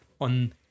on